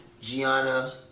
Gianna